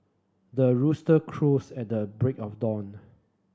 the rooster crows at the break of dawn